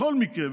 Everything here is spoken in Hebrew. בכל מקרה,